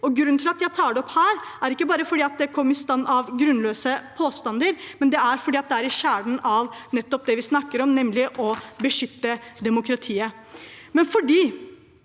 Grunnen til at jeg tar det opp her, er ikke bare at det kom i stand på bakgrunn av grunnløse påstander, men fordi det er i kjernen av nettopp det vi snakker om, nemlig å beskytte demokratiet.